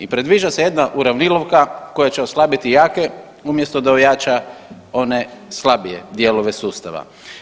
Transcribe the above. I predviđa se jedna uravnilovka koja će oslabiti jake, umjesto da ojača one slabije dijelove sustava.